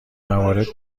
موارد